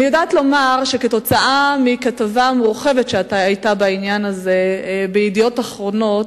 בעקבות כתבה מורחבת שהיתה בעניין הזה ב"ידיעות אחרונות",